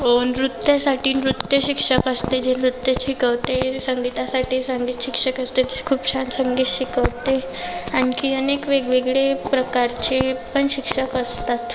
नृत्यासाठी नृत्य शिक्षक असते जे नृत्य शिकवते संगीतासाठी संगीत शिक्षक असते जे खूप छान संगीत शिकवते आणखी अनेक वेगवेगळे प्रकारचे पण शिक्षक असतात